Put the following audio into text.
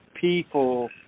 people